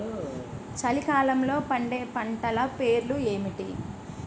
చలికాలంలో పండే పంటల పేర్లు ఏమిటీ?